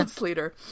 leader